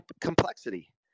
complexity